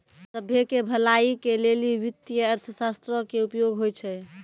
सभ्भे के भलाई के लेली वित्तीय अर्थशास्त्रो के उपयोग होय छै